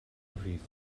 rhif